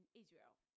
israel